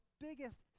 biggest